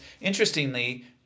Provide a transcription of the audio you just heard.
interestingly